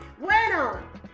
Bueno